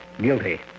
guilty